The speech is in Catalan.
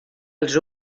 als